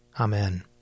Amen